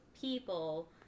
people